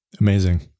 Amazing